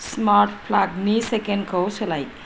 स्मार्त प्लागनि सेकेन्दखौ सोलाय